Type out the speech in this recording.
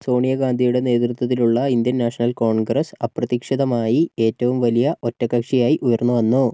സോണിയ ഗാന്ധിയുടെ നേതൃത്വത്തിലുള്ള Indian National Congress അപ്രതീക്ഷിതമായി ഏറ്റവും വലിയ ഒറ്റക്കക്ഷിയായി ഉയർന്നുവന്നു